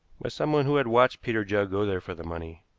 by someone who had watched peter judd go there for the money.